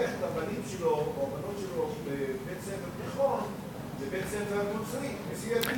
שולח את הבנים או הבנות שלו לבית-ספר תיכון נוצרי כנסייתי.